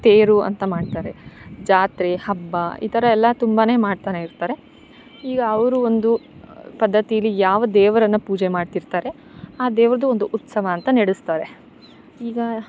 ತೇರು ಅಂತ ಮಾಡ್ತಾರೆ ಜಾತ್ರೆ ಹಬ್ಬ ಈ ಥರ ಎಲ್ಲ ತುಂಬಾ ಮಾಡ್ತಾನೆ ಇರ್ತಾರೆ ಈಗ ಅವರು ಒಂದು ಪದ್ದತೀಲಿ ಯಾವ ದೇವರನ್ನು ಪೂಜೆ ಮಾಡ್ತಿರ್ತಾರೆ ಆ ದೇವ್ರುದ್ದು ಒಂದು ಉತ್ಸವ ಅಂತ ನಡೆಸ್ತಾರೆ ಈಗ